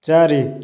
ଚାରି